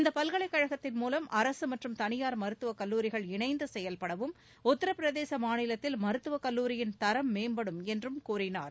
இப்பல்கலைக்கழகத்தின் மூவம் அரசு மற்றும் தனியார் மருத்துவக் கல்லூரிகள் இணைந்து செயல்படவும் உத்தரப்பிரதேச மாநிலத்தில் மருத்துவக் கல்லூரியின் தரம் மேம்படும் என்றும் கூறினார்